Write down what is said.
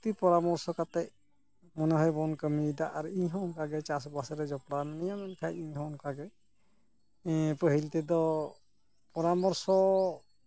ᱡᱩᱠᱛᱤ ᱯᱚᱨᱟᱢᱚᱨᱥᱚ ᱠᱟᱛᱮᱫ ᱚᱱᱟ ᱜᱮᱵᱚᱱ ᱠᱟᱹᱢᱤᱭᱮᱫᱟ ᱟᱨ ᱤᱧ ᱦᱚᱸ ᱚᱱᱠᱟᱜᱮ ᱪᱟᱥᱵᱟᱥᱨᱮ ᱡᱚᱯᱲᱟᱣ ᱢᱤᱱᱟᱹᱧᱟ ᱢᱮᱱᱠᱷᱟᱱ ᱤᱧ ᱦᱚᱸ ᱚᱱᱠᱟᱜᱮ ᱯᱟᱦᱤᱞ ᱛᱮᱫᱚ ᱯᱚᱨᱟᱢᱚᱨᱥᱚ